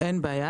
אין בעיה.